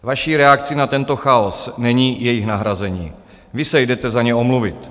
Vaší reakcí na tento chaos není jejich nahrazení, vy se jdete za ně omluvit.